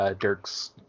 Dirk's